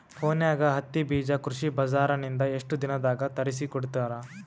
ಫೋನ್ಯಾಗ ಹತ್ತಿ ಬೀಜಾ ಕೃಷಿ ಬಜಾರ ನಿಂದ ಎಷ್ಟ ದಿನದಾಗ ತರಸಿಕೋಡತಾರ?